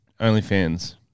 OnlyFans